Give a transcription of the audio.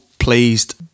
Pleased